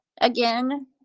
Again